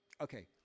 Okay